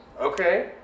Okay